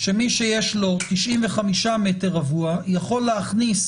שמי שיש לו 95 מטר רבוע יכול להכניס